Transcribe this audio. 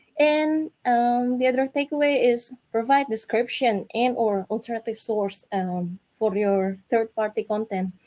and um the other take away is provide description and or alternative source um for your third-party content.